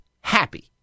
happy